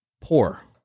poor